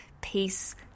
peace